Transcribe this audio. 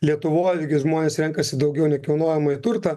lietuvos gi žmonės renkasi daugiau nekilnojamąjį turtą